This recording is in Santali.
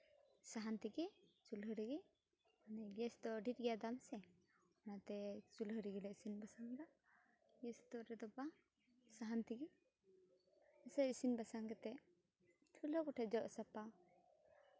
ᱥᱟᱦᱟᱱ ᱛᱮᱜᱮ ᱪᱩᱞᱦᱟᱹ ᱨᱮᱜᱮ ᱜᱮᱥ ᱫᱚ ᱰᱷᱮᱨ ᱜᱮᱭᱟ ᱫᱟᱢ ᱥᱮ ᱚᱱᱟ ᱛᱮ ᱪᱩᱞᱦᱟᱹ ᱨᱮᱜᱮ ᱞᱮ ᱤᱥᱤᱱ ᱵᱟᱥᱟᱝᱫᱟ ᱜᱮᱥ ᱨᱮᱫᱚ ᱵᱟᱝ ᱥᱟᱦᱟᱱ ᱛᱮᱜᱮ ᱥᱮ ᱤᱥᱤᱱ ᱵᱟᱥᱟᱝ ᱠᱟᱛᱮ ᱪᱩᱞᱦᱟᱹ ᱵᱩᱴᱟᱹ ᱡᱚᱫ ᱥᱟᱯᱷᱟ